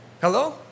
Hello